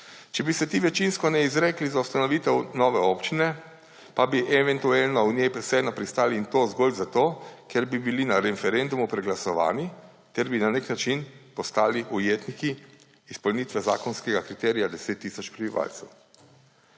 ne bi ti večinsko izrekli za ustanovitev nove občine, pa bi eventualno v njej vseeno pristali, in to zgolj zato, ker bi bili na referendumu preglasovani, ter bi na nek način postali ujetniki izpolnitve zakonskega kriterija 10 tisoč prebivalcev.